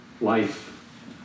life